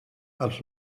els